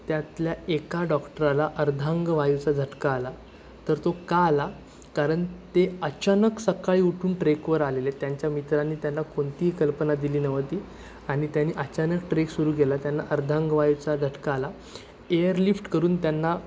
त्यातल्या एका डॉक्टराला अर्धांगवायूचा झटका आला तर तो का आला कारण ते अचानक सकाळी उठून ट्रेकवर आलेले त्यांच्या मित्रांनी त्यांना कोणतीही कल्पना दिली नव्हती आणि त्यांनी अचानक ट्रेक सुरू केला त्यांना अर्धांगवायूचा झटका आला एअरलिफ्ट करून त्यांना